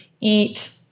eat